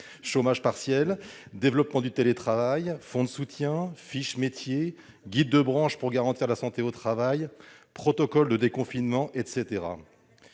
chômage partiel, développement du télétravail, fonds de soutien, fiches métiers, guides de branches pour garantir la santé au travail, protocole de déconfinement, etc.